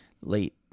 late